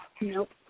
Nope